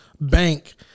bank